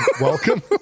Welcome